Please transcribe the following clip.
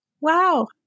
Wow